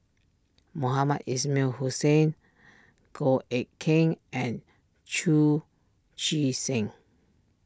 Mohamed Ismail Hussain Goh Eck Kheng and Chu Chee Seng